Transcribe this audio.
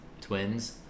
twins